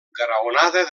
graonada